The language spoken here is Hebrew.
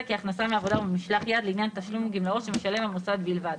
כהכנסה מעבודה או ממשלח יד לעניין תשלום גמלאות שמשלם המוסד בלבד.